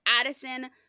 Addison